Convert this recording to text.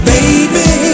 Baby